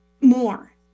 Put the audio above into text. more